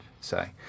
say